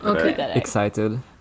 excited